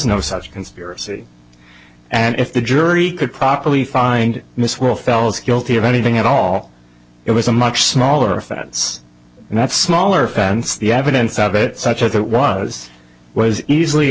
no such conspiracy and if the jury could properly find miss world fells guilty of anything at all it was a much smaller offense and that smaller offense the evidence of it such as it was was easily